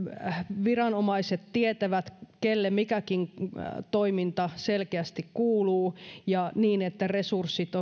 viranomaiset tietävät kelle mikäkin toiminta selkeästi kuuluu ja niin että resurssit